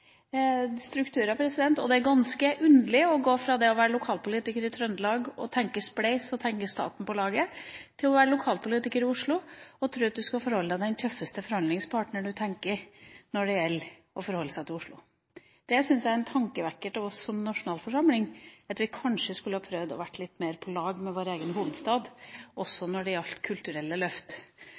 strukturer. Det er ganske underlig å gå fra å være lokalpolitiker i Trøndelag og tenke spleis – ha staten på laget – til å være lokalpolitiker i Oslo og forhandle med den tøffeste forhandlingspartneren når det gjelder Oslo. Jeg syns det er en tankevekker for oss som nasjonalforsamling at vi kanskje skulle prøve å være litt mer på lag med vår egen hovedstad også når det gjelder kulturelle løft.